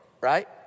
right